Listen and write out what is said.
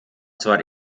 zwar